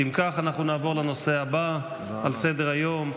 אם כך, אנחנו נעבור לנושא הבא על סדר-היום,